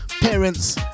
parents